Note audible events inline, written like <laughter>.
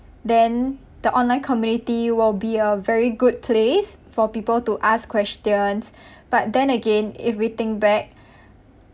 then the online community will be a very good place for people to ask questions <breath> but then again if we think back <breath>